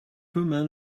woman